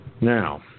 Now